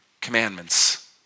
Commandments